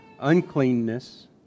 uncleanness